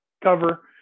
cover